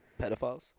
Pedophiles